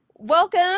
welcome